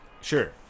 Sure